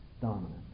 dominant